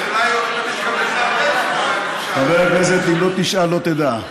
חבר הכנסת, אם לא תשאל, לא תדע.